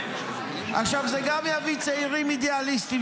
זה גם יביא צעירים אידיאליסטים,